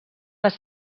les